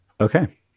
Okay